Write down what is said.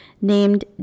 named